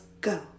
go